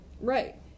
Right